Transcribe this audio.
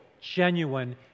genuine